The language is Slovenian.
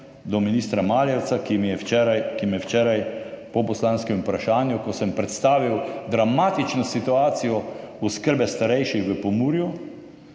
do ministra Maljevca, ki me je včeraj po poslanskem vprašanju, ko sem predstavil dramatično situacijo oskrbe starejših v Pomurju,